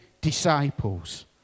disciples